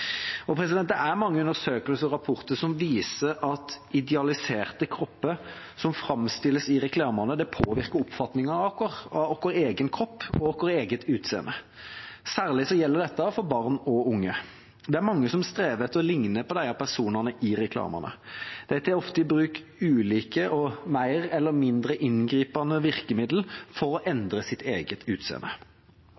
Det er mange undersøkelser og rapporter som viser at idealiserte kropper som framstilles i reklamene, påvirker oppfatningen av vår egen kropp og vårt eget utseende. Særlig gjelder dette for barn og unge. Det er mange som strever etter å likne på personene i reklamene. De tar ofte i bruk ulike og mer eller mindre inngripende virkemidler for å